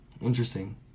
Interesting